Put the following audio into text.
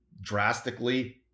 drastically